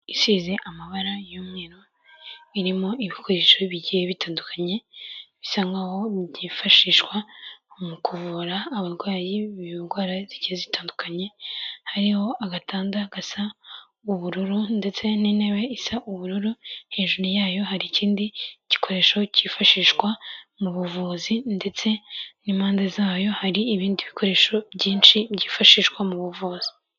Isize amabara y'umweru irimo ibikoresho bigiye bitandukanye bisa nkaho byifashishwa mu kuvura abarwayi bindwara zigiye zitandukanye, hariho agatanda gasa ubururu ndetse n'intebe isa ubururu hejuru yayo hari ikindi gikoresho cyifashishwa mu buvuzi ndetse n'impande zayo hari ibindi bikoresho byinshi byifashishwa mu buvuzi.